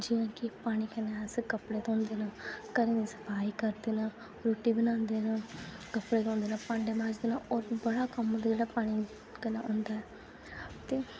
जि'यां की पानी कन्नै अस कपड़े धोंदे न घरें दे सफाई करदे न रुट्टी बनांदे न कपड़े धोंदे न भांड़े मांजदे न होर बी बड़ा कम्म होंदा ऐ जेह्ड़ा पानी कन्नै होंदा ऐ ते